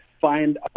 find